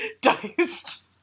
Diced